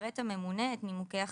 יפרט הממונה את נימוקי החלטתו.